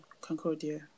Concordia